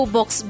Box